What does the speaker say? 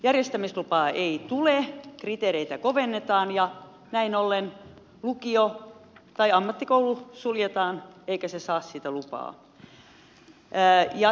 järjestämislupaa ei tule kriteereitä kovennetaan ja näin ollen lukio tai ammattikoulu suljetaan eikä se saa sitä lupaa